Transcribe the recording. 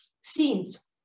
scenes